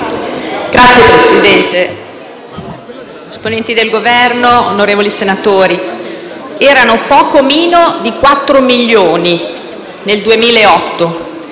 Grazie, Presidente.